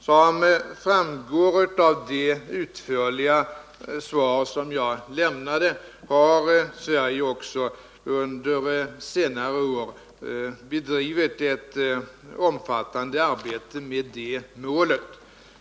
Som framgår av det utförliga svar som jag lämnade har Sverige också under senare år bedrivit ett omfattande arbete med det målet.